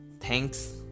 Thanks